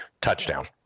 touchdown